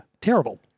Terrible